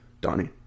Donnie